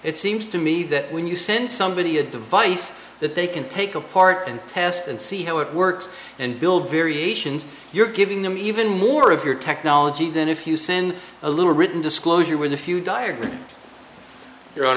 it seems to me that when you send somebody a device that they can take apart and test and see how it works and build variations you're giving them even more of your technology than if you send a little written disclosure with a few dire